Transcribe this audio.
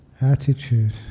attitude